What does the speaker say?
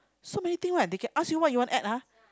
so many thing right they can ask you what you want add ah